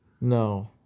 No